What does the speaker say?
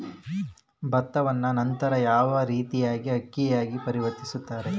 ಭತ್ತವನ್ನ ನಂತರ ಯಾವ ರೇತಿಯಾಗಿ ಅಕ್ಕಿಯಾಗಿ ಪರಿವರ್ತಿಸುತ್ತಾರೆ?